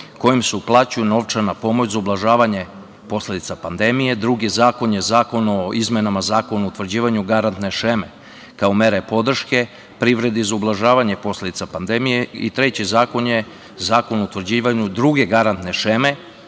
kojim se uplaćuje novčana pomoć za ublažavanje posledica pandemije, drugi zakon je Zakon o izmenama Zakona o utvrđivanju garantne šeme kao mere podrške privredi za ublažavanje posledice pandemije i treći zakon je Zakon o utvrđivanju druge garantne šeme